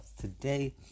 Today